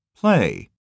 Play